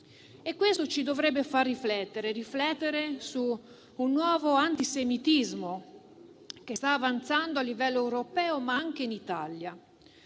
questo ci dovrebbe far riflettere su un nuovo antisemitismo che sta avanzando a livello europeo, ma anche in Italia.